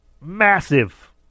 Massive